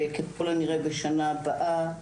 וככל הנראה בשנה הבאה,